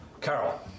Carol